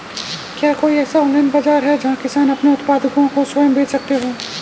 क्या कोई ऐसा ऑनलाइन बाज़ार है जहाँ किसान अपने उत्पादकों को स्वयं बेच सकते हों?